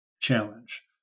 challenge